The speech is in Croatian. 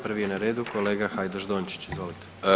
Prvi je na redu kolega Hajdaš Dončić, izvolite.